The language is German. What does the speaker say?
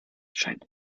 scheint